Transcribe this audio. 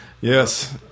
Yes